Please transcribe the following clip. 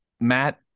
matt